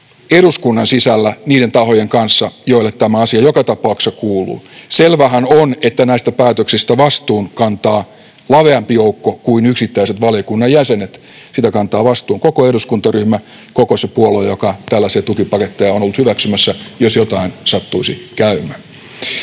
eduskunnan sisällä niiden tahojen kanssa, joille tämä asia joka tapauksessa kuuluu. Selväähän on, että näistä päätöksistä vastuun kantaa laveampi joukko kuin yksittäiset valiokunnan jäsenet. Siitä kantaa vastuun koko eduskuntaryhmä, koko se puolue, joka tällaisia tukipaketteja on ollut hyväksymässä, jos jotain sattuisi käymään.